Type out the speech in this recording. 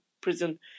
prison